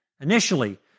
initially